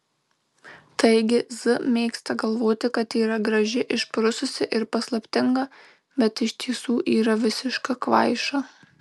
taigi z mėgsta galvoti kad yra graži išprususi ir paslaptinga bet iš tiesų yra visiška kvaiša